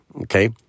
okay